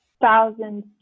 thousands